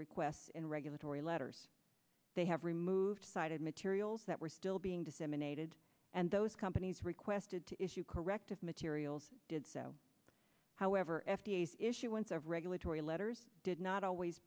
requests and regulatory letters they have removed cited materials that were still being disseminated and those companies requested to issue corrective materials did so however f d a issuance of regulatory letters did not always